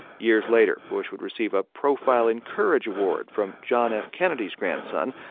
years later, bush would receive a profile in courage award from john f. kennedy's grandson,